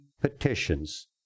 petitions